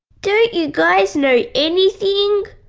don't you guys know anything?